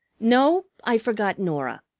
no, i forgot norah.